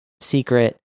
secret